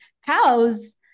house